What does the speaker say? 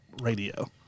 radio